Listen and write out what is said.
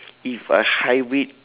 if I hybrid